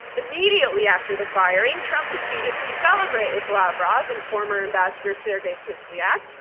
immediately after the firing, trump proceeded to celebrate with lavrov and former ambassador, sergey kislyak,